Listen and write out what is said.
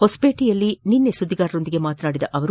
ಹೊಸಪೇಟೆಯಲ್ಲಿ ಸುದ್ದಿಗಾರರೊಂದಿಗೆ ಮಾತನಾಡಿದ ಅವರು